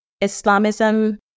Islamism